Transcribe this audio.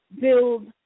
build